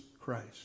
Christ